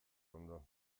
ondo